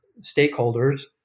stakeholders